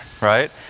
right